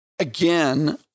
Again